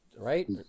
right